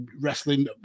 wrestling